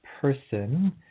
person